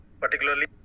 particularly